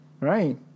right